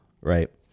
right